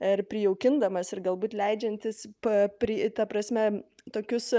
ir prijaukindamas ir galbūt leidžiantis pa pri ta prasme tokius